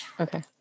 Okay